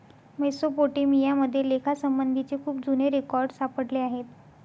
Mesopotamia मध्ये लेखासंबंधीचे खूप जुने रेकॉर्ड सापडले आहेत